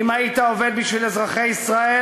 אם היית עובד בשביל אזרחי ישראל,